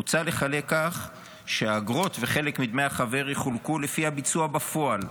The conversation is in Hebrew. מוצע לחלק כך שהאגרות וחלק מדמי החבר יחולקו לפי הביצוע בפועל.